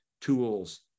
tools